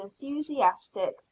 enthusiastic